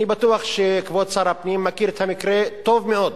אני בטוח שכבוד שר הפנים מכיר את המקרה טוב מאוד.